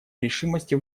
решимости